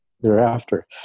thereafter